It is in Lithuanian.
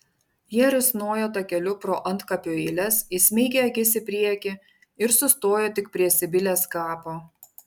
jie risnojo takeliu pro antkapių eiles įsmeigę akis į priekį ir sustojo tik prie sibilės kapo